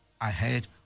ahead